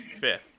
fifth